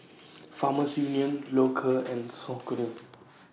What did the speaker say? Farmers Union Loacker and Saucony